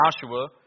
Joshua